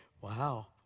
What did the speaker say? Wow